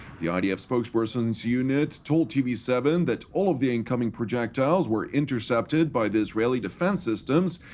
the idf spokesperson's unit told t v seven that all of the incoming projectiles were intercepted by the israeli defense systems,